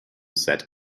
set